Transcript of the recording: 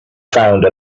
found